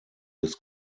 des